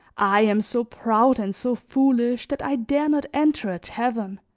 i am so proud and so foolish that i dare not enter a tavern,